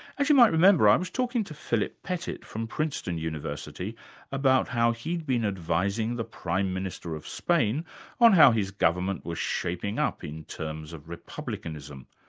as you might remember, i was talking to philip pettit from princeton university about how he'd been advising the prime minister of spain on how his government was shaping up in terms of republicanism.